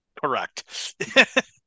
Correct